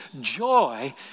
joy